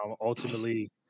ultimately